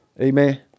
Amen